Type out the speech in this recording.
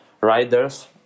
riders